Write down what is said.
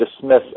dismiss